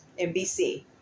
NBC